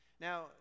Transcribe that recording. Now